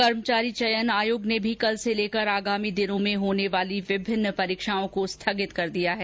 कर्मचारी चयन आयोग ने भी कल से लेकर आगामी दिनों में होने वाली विभिन्न परीक्षाओं को स्थगित कर दिया है